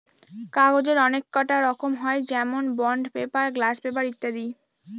কাগজের অনেককটা রকম হয় যেমন বন্ড পেপার, গ্লাস পেপার ইত্যাদি